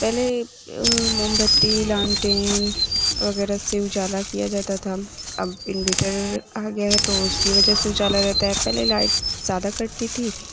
پہلے موم بتی لانٹین وغیرہ سے اجالا کیا جاتا تھا اب انویٹر آ گیا ہے تو اس کی وجہ سے اجالا رہتا ہے پہلے لائٹ زیادہ کٹتی تھی